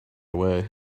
away